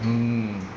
mm